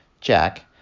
Jack